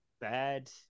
bad